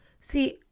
See